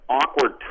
awkward